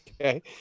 Okay